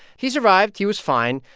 he survived. he was fine.